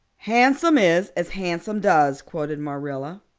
handsome is as handsome does, quoted marilla.